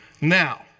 Now